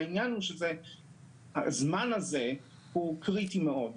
העניין הזה הוא קריטי מאוד,